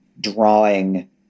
drawing